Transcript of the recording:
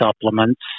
supplements